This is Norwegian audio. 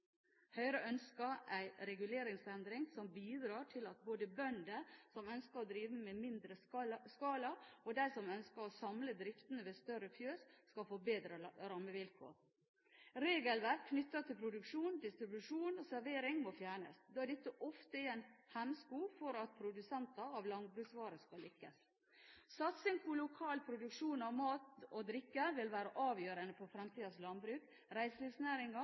Høyre ønsker en reguleringsendring som bidrar til at både bønder som ønsker å drive i mindre skala, og de som ønsker å samle driften ved større fjøs, skal få bedre rammevilkår. Regelverk knyttet til produksjon, distribusjon og servering må fjernes, da dette ofte er en hemsko for at produsenter av landbruksvarer skal lykkes. Satsing på lokal produksjon av mat og drikke vil være avgjørende for fremtidens landbruk,